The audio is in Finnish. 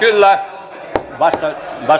yllään t paita vai